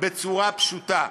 בצורה פשוטה.